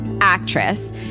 actress